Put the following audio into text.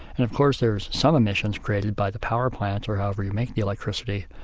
and of course there are some emissions created by the power plants or however you make the electricity,